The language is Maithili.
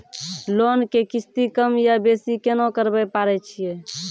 लोन के किस्ती कम या बेसी केना करबै पारे छियै?